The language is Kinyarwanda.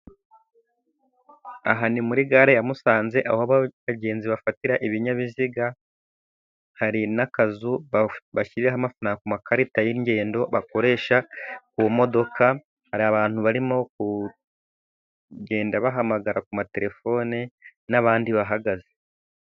Aha ni muri gare ya Musanze, aho bagenzi bafatira ibinyabiziga, hari n'akazu bashyiriraho amafaranga ku makarita y'ingendo bakoresha ku modoka, hari n'abantu barimo kugenda bahamagara ku materefone, n'abandi bahagaze.